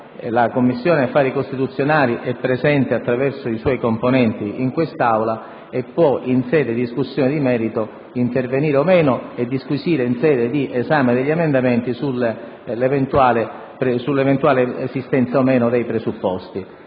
la Commissione affari costituzionali è presente attraverso i suoi componenti in quest'Aula e può, in sede di discussione di merito, intervenire e disquisire in fase di esame degli emendamenti sull'eventuale esistenza o meno dei presupposti